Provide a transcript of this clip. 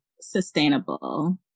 sustainable